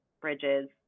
bridges